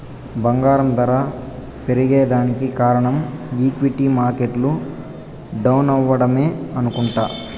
బంగారం దర పెరగేదానికి కారనం ఈక్విటీ మార్కెట్లు డౌనవ్వడమే అనుకుంట